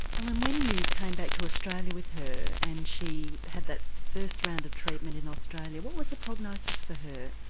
ellen when you came back to australia with her and she had that first round of treatment in australia, what was the prognosis for her?